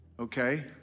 Okay